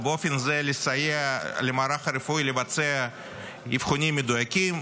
ובאופן הזה לסייע למערך הרפואי לבצע אבחונים מדויקים,